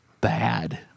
bad